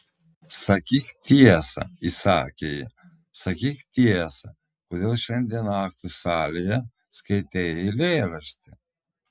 sakyk tiesą įsakė ji sakyk tiesą kodėl šiandien aktų salėje skaitei eilėraštį